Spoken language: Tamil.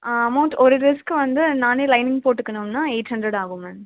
அமௌண்ட் ஒரு ட்ரெஸ்ஸுக்கு வந்து நானே லைனிங் போட்டுக்கணும்னா எயிட் ஹண்ட்ரட் ஆகும் மேம்